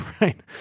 right